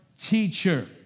teacher